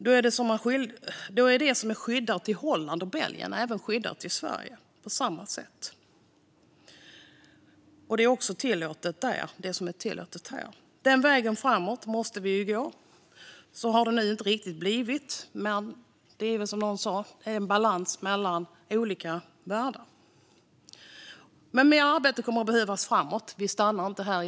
Då skulle det som är skyddat i Holland eller Belgien även vara skyddat i Sverige, och det som är tillåtet där även vara tillåtet här. Denna väg framåt måste vi gå. Så har det dock inte blivit, men som någon sa handlar det om en balans mellan olika värden. Mer arbete kommer att behövas framåt; vi stannar inte här.